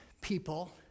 people